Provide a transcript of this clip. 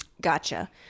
Gotcha